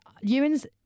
Ewan's